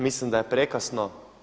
Mislim da je prekasno.